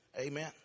Amen